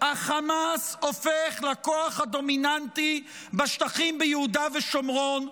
החמאס הופך לכוח הדומיננטי בשטחים ביהודה ושומרון.